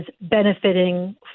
benefiting